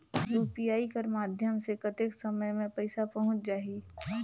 UPI कर माध्यम से कतेक समय मे पइसा पहुंच जाहि?